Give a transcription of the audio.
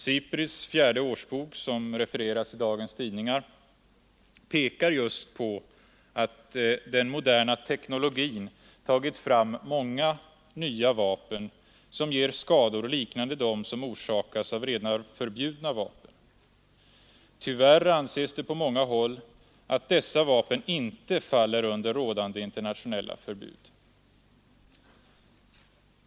SIPRI:s fjärde årsbok, som refereras i dagens tidningar, pekar just på att den moderna teknologin tagit fram många nya vapen som ger skador liknande dem som orsakas av redan förbjudna vapen. Tyvärr anses det på många håll att dessa vapen inte faller under rådande internationella förbud.